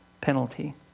penalty